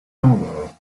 novel